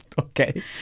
okay